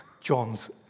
John's